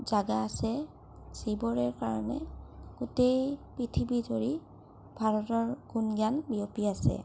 জাগা আছে যিবোৰৰ কাৰণে গোটেই পৃথিৱী ধৰি ভাৰতৰ গুণ গান বিয়পি আছে